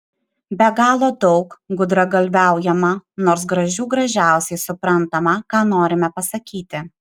be galo daug gudragalviaujama nors gražių gražiausiai suprantama ką norime pasakyti